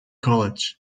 college